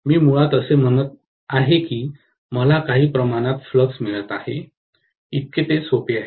मी मुळात असे म्हणत आहे की मला काही प्रमाणात फ्लक्स मिळत आहे इतके सोपे आहे